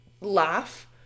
laugh